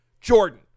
Jordan